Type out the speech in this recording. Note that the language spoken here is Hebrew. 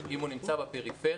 אם הוא נמצא בפריפריה,